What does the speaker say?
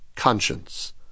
Conscience